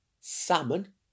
salmon